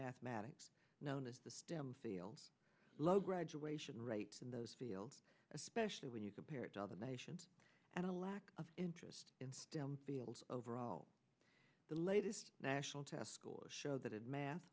mathematics known as the stem field low graduation rate in those fields especially when you compare it to other nations and a lack of interest in stem fields overall the latest national test scores show that in math